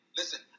listen